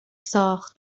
ساخت